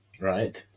Right